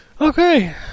Okay